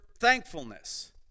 thankfulness